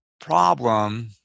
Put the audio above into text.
problem